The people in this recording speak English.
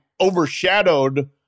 overshadowed